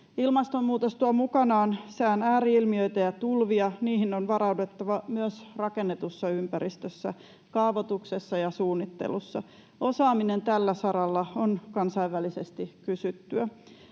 Ilmastonmuutos tuo mukanaan sään ääri-ilmiöitä ja tulvia, ja niihin on varauduttava myös rakennetussa ympäristössä, kaavoituksessa ja suunnittelussa. Osaaminen tällä saralla on kansainvälisesti kysyttyä.